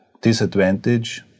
disadvantage